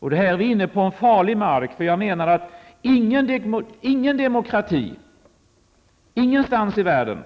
Man är då inne på en farlig väg. Ingen demokrati ingenstans i världen